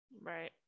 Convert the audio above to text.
right